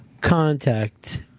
contact